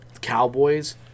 cowboys